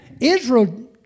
Israel